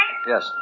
Yes